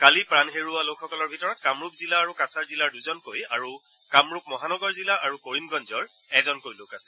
কালি প্ৰাণ হেৰুওৱা লোকসকলৰ ভিতৰত কামৰূপ জিলা আৰু কাছাৰ জিলাৰ দুজনকৈ আৰু কামৰূপ মহানগৰ জিলা আৰু কৰিমগঞ্জৰ এজনকৈ লোক আছে